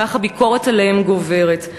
כך הביקורת עליהם גוברת.